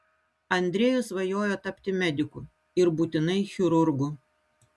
andrejus svajojo tapti mediku ir būtinai chirurgu